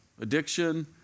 addiction